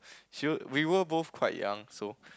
she we were both quite young so